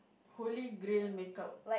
holy grail make up